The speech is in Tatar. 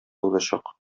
узачак